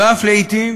ולעתים